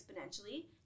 exponentially